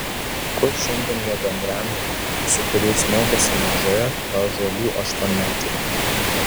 kur šiandien jo bendraamžiai su kuriais mokėsi mažoje paąžuolių aštuonmetėje